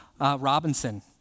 Robinson